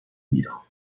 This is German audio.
nieder